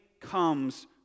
comes